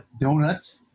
Donuts